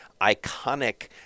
iconic